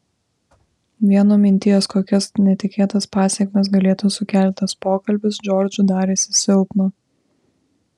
vien nuo minties kokias netikėtas pasekmes galėtų sukelti tas pokalbis džordžui darėsi silpna